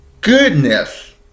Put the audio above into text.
goodness